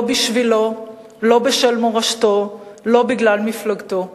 לא בשבילו, לא בשם מורשתו, לא בגלל מפלגתו.